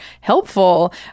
helpful